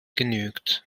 genügt